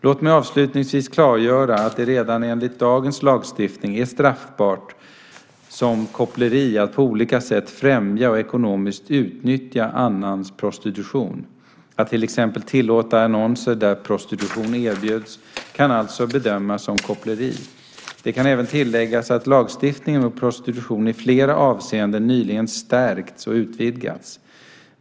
Låt mig avslutningsvis klargöra att det redan enligt dagens lagstiftning är straffbart, som koppleri, att på olika sätt främja eller ekonomiskt utnyttja annans prostitution. Att till exempel tillåta annonser där prostitution erbjuds kan alltså bedömas som koppleri. Det kan även tilläggas att lagstiftningen mot prostitution i flera avseenden nyligen stärkts och utvidgats.